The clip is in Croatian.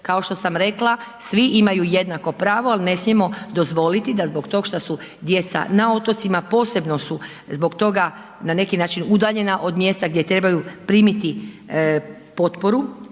kao što sam rekla, svi imaju jednako pravo ali ne smijemo dozvoliti da zbog toga šta su djeca na otocima posebno su zbog toga na neki način udaljena od mjesta gdje trebaju primiti potporu